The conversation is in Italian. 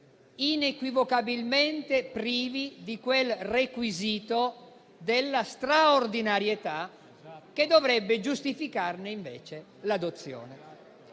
inequivocabilmente privi di quel requisito della straordinarietà che dovrebbe invece giustificarne l'adozione.